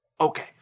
Okay